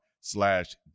slash